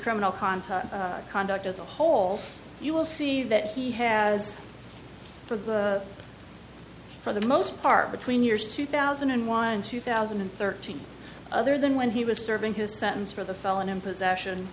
criminal contacts conduct as a whole you will see that he has for the for the most part between years two thousand and one two thousand and thirteen other than when he was serving his sentence for the felon in possession